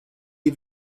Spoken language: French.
est